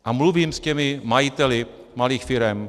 A mluvím s těmi majiteli malých firem.